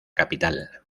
capital